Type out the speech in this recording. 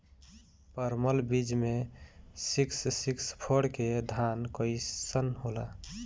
परमल बीज मे सिक्स सिक्स फोर के धान कईसन होला?